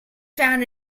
found